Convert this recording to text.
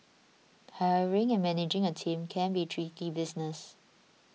hiring and managing a team can be tricky business